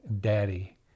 daddy